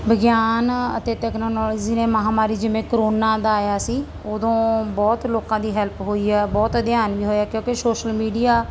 ਵਿਗਿਆਨ ਅਤੇ ਟੈਕਨੋਲੋਜੀ ਨੇ ਮਹਾਂਮਾਰੀ ਜਿਵੇਂ ਕਰੋਨਾ ਦਾ ਆਇਆ ਸੀ ਉਦੋਂ ਬਹੁਤ ਲੋਕਾਂ ਦੀ ਹੈਲਪ ਹੋਈ ਆ ਬਹੁਤ ਅਧਿਐਨ ਵੀ ਹੋਇਆ ਕਿਉਂਕਿ ਸੋਸ਼ਲ ਮੀਡੀਆ